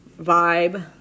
vibe